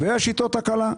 ויש איתו תקלה.